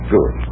Good